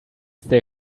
they